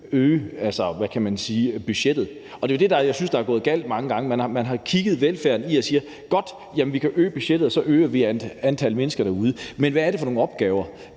– budgettet. Det er det, jeg synes er gået galt mange gange. Man har kigget på velfærden og sagt, at man kan øge budgettet, og så har man øget antallet af mennesker derude. Men hvad er det for nogle opgaver,